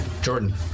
Jordan